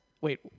wait